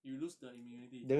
you lose the immunity